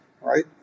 right